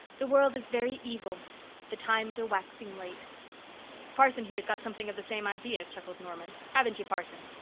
the world is very evil the times are waxing late parson here's got something of the same idea, chuckled norman. haven't you, parson?